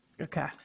Okay